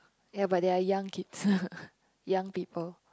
ya but there are young kids young people